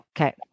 Okay